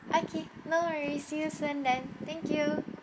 okay no worries see you soon then thank you